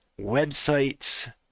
websites